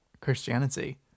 Christianity